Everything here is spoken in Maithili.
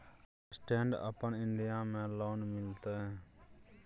स्टैंड अपन इन्डिया में लोन मिलते?